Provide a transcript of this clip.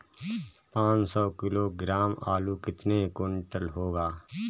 पाँच सौ किलोग्राम आलू कितने क्विंटल होगा?